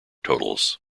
totals